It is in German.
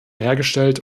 hergestellt